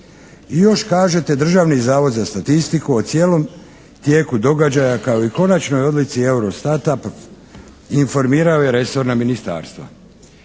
još kažete, Državni zavod za statistiku o cijelom tijelu događaja kao i konačnoj odluci Eurostata informirao je resorna ministarstva.